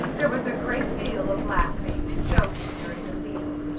there was a great deal of laughing and joking during the meal.